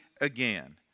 again